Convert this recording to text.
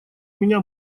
меня